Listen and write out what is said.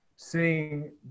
seeing